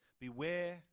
Beware